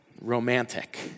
Romantic